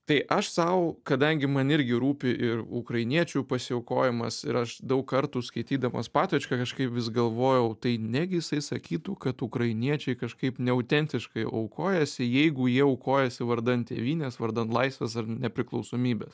tai aš sau kadangi man irgi rūpi ir ukrainiečių pasiaukojimas ir aš daug kartų skaitydamas patočką kažkaip vis galvojau tai negi jisai sakytų kad ukrainiečiai kažkaip neautentiškai aukojasi jeigu jie aukojasi vardan tėvynės vardan laisvės ar nepriklausomybės